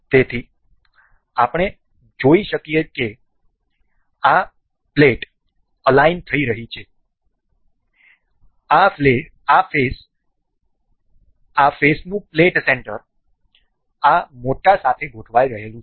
તેથી આપણે જોઈ શકીએ કે આ પ્લેટ અલાઈન થઈ રહી છે આ ફેસનું પ્લેટ સેન્ટર આ મોટા સાથે ગોઠવાય રહ્યું છે